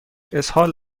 اسهال